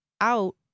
out